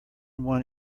one